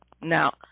Now